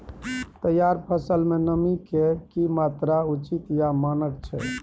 तैयार फसल में नमी के की मात्रा उचित या मानक छै?